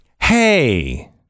hey